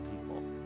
people